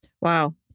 Wow